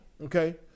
okay